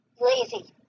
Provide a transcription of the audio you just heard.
Lazy